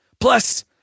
Plus